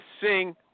sing